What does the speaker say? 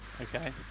okay